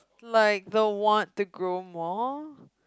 like the the want to grow more